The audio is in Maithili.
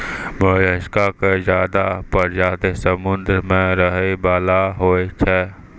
मोलसका के ज्यादे परजाती समुद्र में रहै वला होय छै